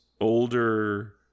older